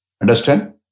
Understand